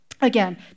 Again